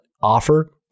offer